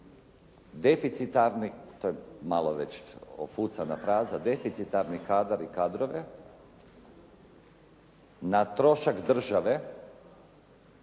deficitarni, to je malo već ofucana fraza, deficitarni kadar i kadrove, na trošak države.